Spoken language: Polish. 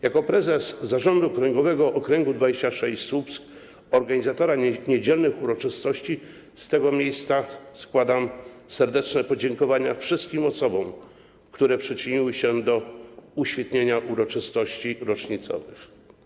Jako prezes zarządu okręgowego okręgu 26 Słupsk, czyli organizatora niedzielnych uroczystości, z tego miejsca składam serdeczne podziękowania wszystkim osobom, które przyczyniły się do uświetnienia uroczystości rocznicowych.